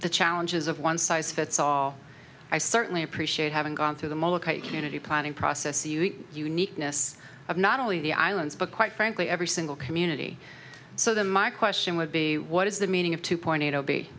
the challenges of one size fits all i certainly appreciate having gone through the molokai community planning process you uniqueness of not only the islands but quite frankly every single community so then my question would be what is the meaning of two point eight